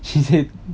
she said